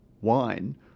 wine